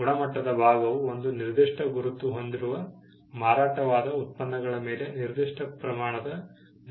ಆದ್ದರಿಂದ ಗುಣಮಟ್ಟದ ಭಾಗವು ಒಂದು ನಿರ್ದಿಷ್ಟ ಗುರುತು ಹೊಂದಿರುವ ಮಾರಾಟವಾದ ಉತ್ಪನ್ನಗಳ ಮೇಲೆ ನಿರ್ದಿಷ್ಟ ಪ್ರಮಾಣದ ನಂಬಿಕೆಯನ್ನು ಹೊಂದುವ ಸಾಧನವಾಗಿದೆ